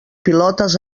pilotes